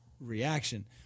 reaction